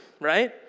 Right